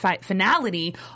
finality